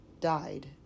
died